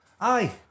Aye